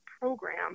program